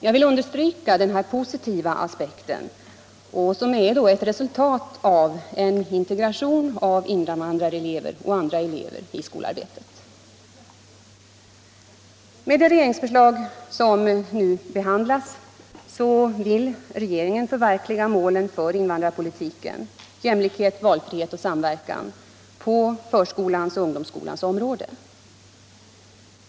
Jag vill understryka denna positiva aspekt, som är ett resultat av integration av invandrarelever med andra elever i skolarbetet. Med det regeringsförslag som nu behandlas vill regeringen förverkliga målen för invandrarpolitiken — jämlikhet, valfrihet och samverkan — på förskolans och ungdomsskolans område.